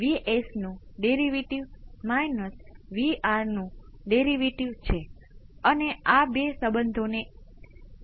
તેથી તમારે સાઇનને સંતુલિત કરવું પડશે અને તમારી પાસે કો સાઇન હશે તેથી તેમાંથી તમને આ બે કોંસ્ટંટ મળે છે